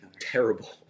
Terrible